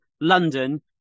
London